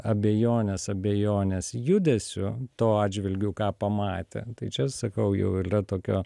abejonės abejonės judesiu to atžvilgiu ką pamatė tai čia sakau jau ylia tokio